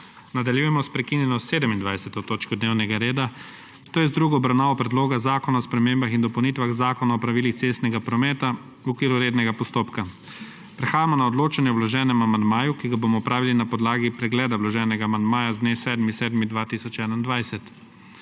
Nadaljujemo s prekinjeno 27. točko dnevnega reda, to je z drugo obravnavo Predloga zakona o spremembah in dopolnitvah Zakona o pravilih cestnega prometa v okviru rednega postopka. Prehajamo na odločanje o vloženem amandmaju, ki ga bomo opravili na podlagi pregleda vloženega amandmaja z dne 7. 7. 2021.